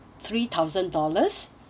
three thousand dollars